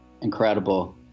incredible